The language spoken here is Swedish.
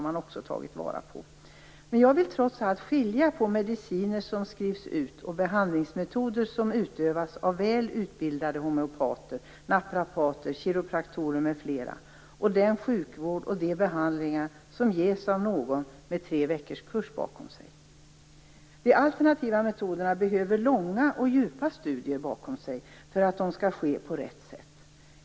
Jag vill trots allt skilja på å ena sidan mediciner som skrivs ut och behandlingsmetoder som utövas av väl utbildade homeopater, naprapater, kiropraktorer, m.fl., å andra sidan den sjukvård och de behandlingar som ges av någon med en tre veckor lång kurs bakom sig. För att kunna använda sig av de alternativa metoderna på rätt sätt behöver man långa och djupa studier.